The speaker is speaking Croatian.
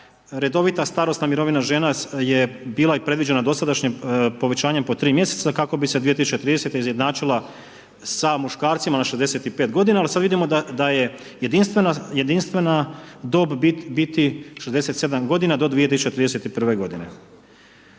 redovita starosna mirovina žena je bila i predviđena dosadašnjim povećanjem po 3 mjeseca, kako bi se 2030.-te, izjednačila sa muškarcima na 65 godina, ali sad vidimo da je jedinstvena dob biti 67 godina do 2031. godine.